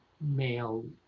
male